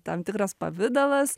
tam tikras pavidalas